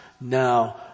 now